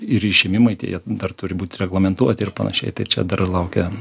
ir išėmimai tie dar turi būti reglamentuoti ir panašiai tai čia dar laukia